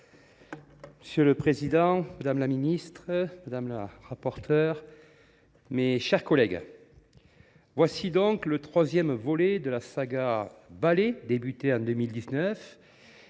Monsieur le président, madame la ministre, madame la rapporteure, mes chers collègues, voici donc le troisième volet de la saga « Balai », commencée en 2019,